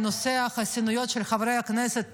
נושא החסינויות של חברי הכנסת,